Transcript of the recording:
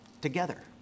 together